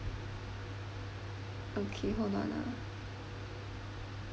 okay hold on ah